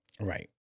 Right